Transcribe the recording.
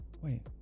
Wait